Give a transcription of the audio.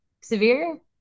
severe